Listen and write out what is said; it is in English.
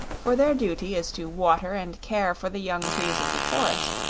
for their duty is to water and care for the young trees of the forest,